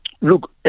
Look